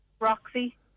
Roxy